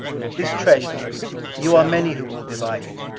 this treasure you are many who will divide it.